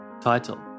Title